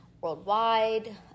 worldwide